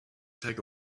take